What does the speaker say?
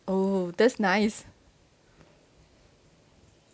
oh that's nice